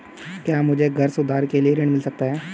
क्या मुझे घर सुधार के लिए ऋण मिल सकता है?